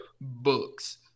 books